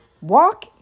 Walk